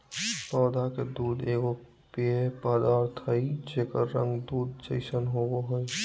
पौधा के दूध एगो पेय पदार्थ हइ जेकर रंग दूध जैसन होबो हइ